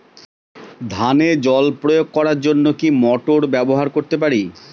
ধানে জল প্রয়োগ করার জন্য কি মোটর ব্যবহার করতে পারি?